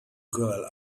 girl